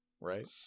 right